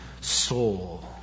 soul